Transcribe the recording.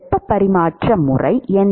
வெப்ப பரிமாற்ற முறை என்ன